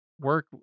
work